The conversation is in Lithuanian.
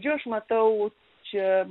jo aš matau čia